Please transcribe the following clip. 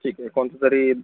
ठीक आहे कोणचं तरी